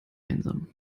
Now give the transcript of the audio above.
einsam